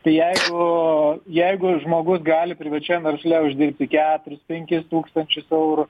tai jeigu jeigu žmogus gali privačiam versle uždirbti keturis penkis tūkstančius eurų